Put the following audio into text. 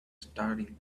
staring